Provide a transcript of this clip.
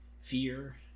fear